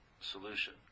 solution